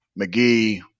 McGee